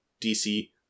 DC